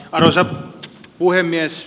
arvoisa puhemies